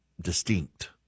distinct